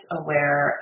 aware